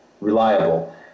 reliable